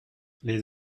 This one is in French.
les